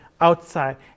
outside